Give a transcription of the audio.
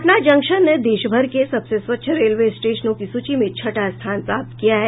Patna junction देश भर के सबसे स्वच्छ रेलवे स्टेशनों की सूची में छठा स्थान प्राप्त किया है